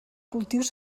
cultius